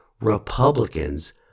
Republicans